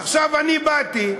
עכשיו, אני באתי,